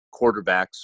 quarterbacks